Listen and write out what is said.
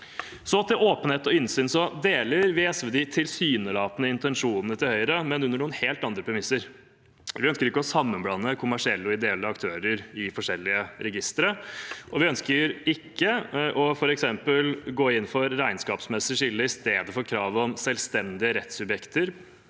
til åpenhet og innsyn: Vi i SV deler de tilsynelatende intensjonene til Høyre, men under noen helt andre premisser. Vi ønsker ikke å sammenblande kommersielle og ideelle aktører i forskjellige registre, og vi ønsker f.eks. ikke å gå inn for regnskapsmessig skille i stedet for krav om selvstendige rettssubjekter